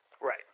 Right